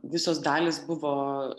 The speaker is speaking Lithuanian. visos dalys buvo